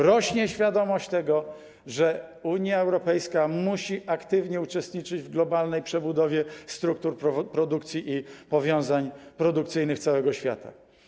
Rośnie świadomość tego, że Unia Europejska musi aktywnie uczestniczyć w globalnej przebudowie struktur produkcji i powiązań produkcyjnych całego świata.